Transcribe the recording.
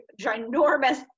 ginormous